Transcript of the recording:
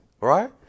Right